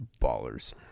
ballers